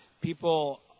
people